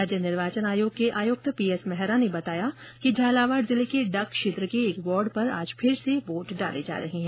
राज्य निर्वाचन आयोग के आयुक्त पीएस मेहरा ने बताया कि झालावाड़ जिले के डग क्षेत्र के एक वार्ड पर आज फिर से वोट डाले जा रहे हैं